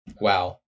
Wow